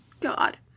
God